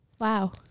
wow